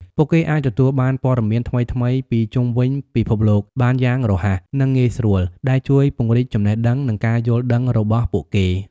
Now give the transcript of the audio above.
ពួកគេអាចទទួលបានព័ត៌មានថ្មីៗពីជុំវិញពិភពលោកបានយ៉ាងរហ័ស និងងាយស្រួល ដែលជួយពង្រីកចំណេះដឹង និងការយល់ដឹងរបស់ពួកគេ។